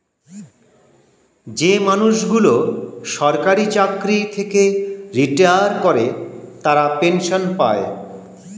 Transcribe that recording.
যে মানুষগুলো সরকারি চাকরি থেকে রিটায়ার করে তারা পেনসন পায়